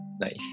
nice